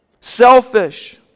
selfish